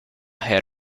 head